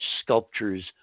sculptures